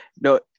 No